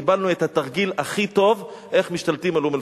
קיבלנו את התרגיל הכי טוב איך משתלטים על אום-אל-פחם.